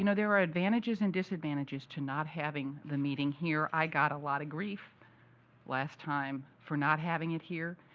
you know there are advantages and disadvantages to not having the meeting here. i got a lot of grief last time for not having it here.